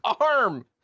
arm